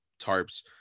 tarps